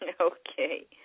Okay